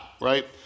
right